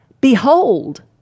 behold